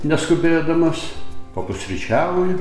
neskubėdamas papusryčiauju